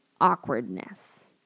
awkwardness